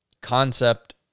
concept